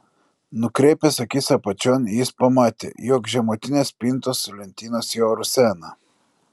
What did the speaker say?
nukreipęs akis apačion jis pamatė jog žemutinės spintos lentynos jau rusena